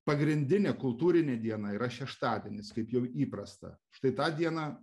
pagrindinė kultūrinė diena yra šeštadienis kaip jau įprasta štai tą dieną